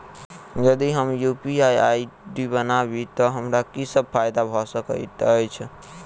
यदि हम UPI ID बनाबै तऽ हमरा की सब फायदा भऽ सकैत अछि?